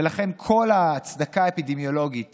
ולכן כל ההצדקה האפידמיולוגית